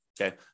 okay